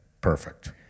perfect